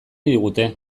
digute